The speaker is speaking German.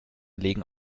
legen